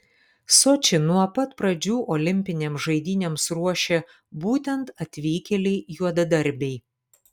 sočį nuo pat pradžių olimpinėms žaidynėms ruošė būtent atvykėliai juodadarbiai